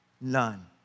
none